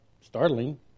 startling